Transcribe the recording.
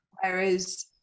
Whereas